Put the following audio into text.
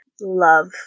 love